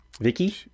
Vicky